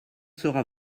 sera